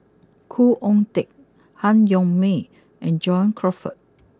Khoo Oon Teik Han Yong May and John Crawfurd